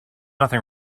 nothing